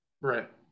Right